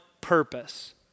purpose